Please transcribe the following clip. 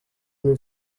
vais